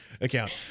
Account